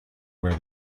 where